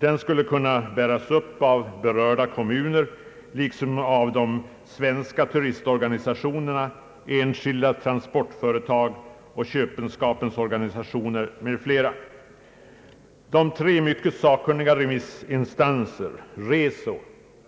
Den skulle kunna bäras upp av berörda kommuner liksom av de svenska turistorganisationerna, enskilda transportföretag, köpenskapens organisationer m.fl. De tre mycket sakkunniga remissinstanser, Reso,